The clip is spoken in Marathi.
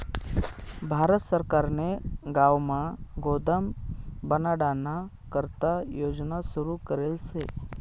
भारत सरकारने गावमा गोदाम बनाडाना करता योजना सुरू करेल शे